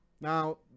Now